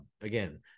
again